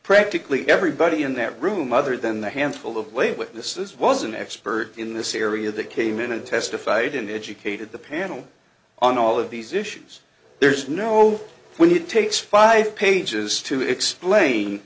practically everybody in that room other than the handful of late witnesses was an expert in this area that came in and testified and educated the panel on all of these issues there's no when it takes five pages to explain